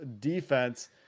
defense